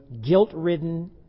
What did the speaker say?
guilt-ridden